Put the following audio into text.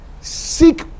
Seek